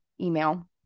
email